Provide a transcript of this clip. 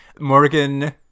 Morgan